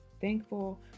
thankful